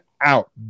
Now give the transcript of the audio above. out